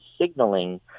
signaling